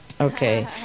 Okay